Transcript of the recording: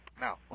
now